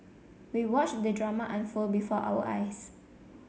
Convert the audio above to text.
we watched the drama unfold before our eyes